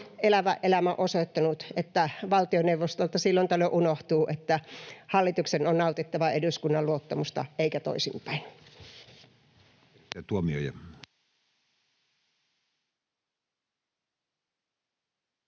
elävä elämä on osoittanut, että valtioneuvostolta silloin tällöin unohtuu, että hallituksen on nautittava eduskunnan luottamusta eikä toisinpäin.